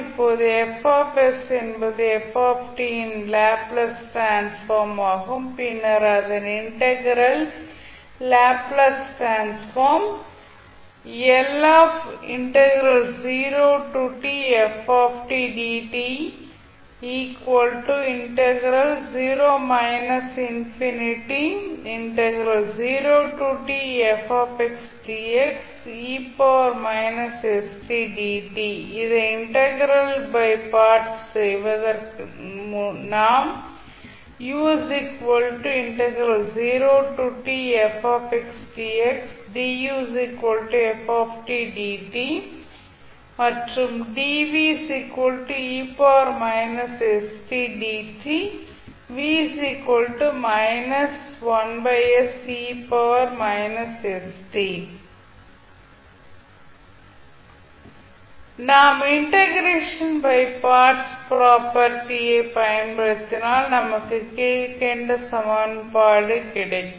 இப்போது F என்பது f இன் லேப்ளேஸ் டிரான்ஸ்ஃபார்ம் ஆகும் பின்னர் அதன் இன்டக்ரல் ன் லேப்ளேஸ் டிரான்ஸ்ஃபார்ம் இதை இன்டெக்ரல் பை பார்ட்ஸ் செய்வதற்கு நாம் மற்றும் நாம் இண்டெகரேஷன் பை பார்ட்ஸ் ப்ராப்பர்ட்டி ஐ பயன்படுத்தினால் நமக்கு கீழ்கண்ட சமன்பாடு கிடைக்கும்